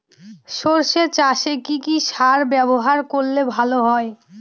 সর্ষে চাসে কি কি সার ব্যবহার করলে ভালো হয়?